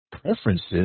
Preferences